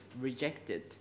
rejected